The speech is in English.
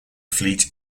fleet